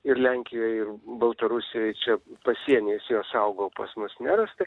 ir lenkijoj ir baltarusijoj čia pasieniais jos augo pas mus nerasta